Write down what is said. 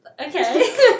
Okay